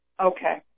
Okay